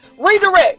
Redirect